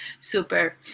super